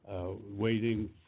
waiting